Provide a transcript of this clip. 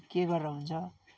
के गरेर हुन्छ